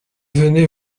venez